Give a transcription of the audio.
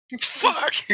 Fuck